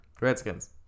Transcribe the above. Redskins